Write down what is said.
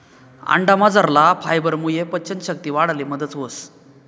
अंडामझरला फायबरमुये पचन शक्ती वाढाले मदत व्हस